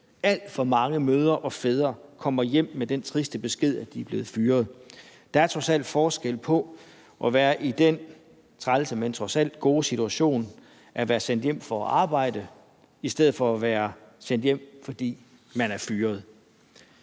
Alt for mange mødre og fædre kommer hjem med den triste besked, at de er blevet fyret. Der er trods alt forskel på at være i den trælse, men trods alt gode situation at være sendt hjem for at arbejde i stedet for at være sendt hjem, fordi man er fyret.